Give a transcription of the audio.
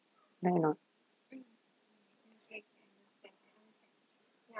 correct or not